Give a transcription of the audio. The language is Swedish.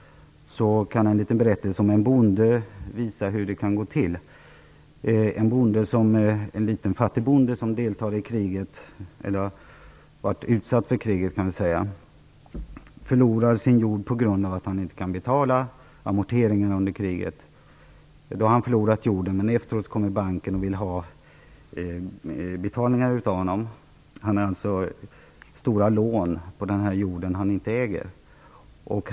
En liten berättelse om en bonde kan visa hur det kan gå till. Det är en liten fattig bonde som har varit utsatt för kriget. Han förlorar sin jord på grund av att han inte kan betala amorteringarna under kriget. Han har förlorat jorden, men efteråt kommer banken och vill ha betalningar av honom. Han har alltså stora lån på den jord han inte äger.